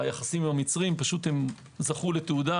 היחסים עם המצרים זכו לתהודה.